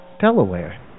Delaware